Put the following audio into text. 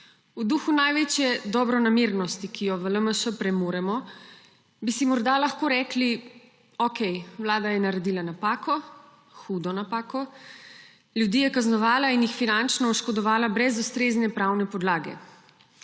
V duhu največje dobronamernosti, ki jo v LMŠ premoremo, bi si morda lahko rekli – okej, vlada je naredila napako, hudo napako, ljudi je kaznovala in jih finančno oškodovala brez ustrezne pravne podlage.